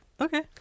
Okay